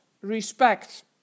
respect